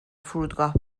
فرودگاه